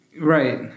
Right